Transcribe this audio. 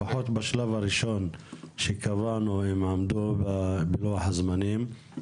לפחות בשלב הראשון שקבענו, הם עמדו בלוח הזמנים.